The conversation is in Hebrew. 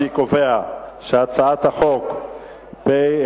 אני קובע שהצעת החוק פ/1269,